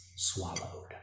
swallowed